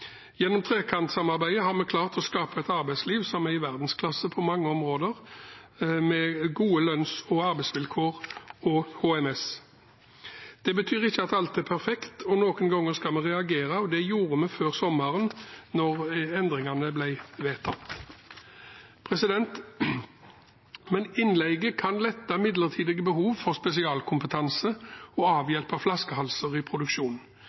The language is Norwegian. Gjennom trepartssamarbeidet har vi klart å skape et arbeidsliv som er i verdensklasse på mange områder, med gode lønns- og arbeidsvilkår og HMS. Det betyr ikke at alt er perfekt, og noen ganger skal vi reagere. Det gjorde vi før sommeren da endringene ble vedtatt. Innleie kan lette midlertidige behov for spesialkompetanse og avhjelpe flaskehalser i